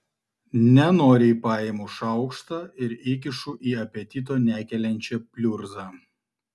nenoriai paimu šaukštą ir įkišu į apetito nekeliančią pliurzą